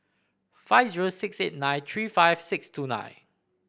five zero six eight nine three five six two nine